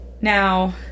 now